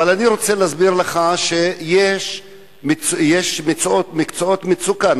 אבל אני רוצה להסביר לך שיש מקצועות מצוקה.